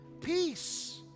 peace